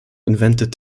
invented